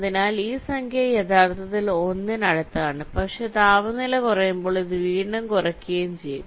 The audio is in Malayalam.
അതിനാൽ ഈ സംഖ്യ യഥാർത്ഥത്തിൽ 1 ന് അടുത്താണ് പക്ഷേ താപനില കുറയുമ്പോൾ ഇത് വീണ്ടും കുറയുകയും ചെയ്യും